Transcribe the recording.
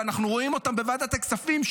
ואנחנו רואים אותם בוועדת הכספים,